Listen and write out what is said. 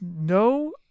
no